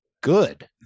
good